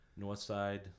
Northside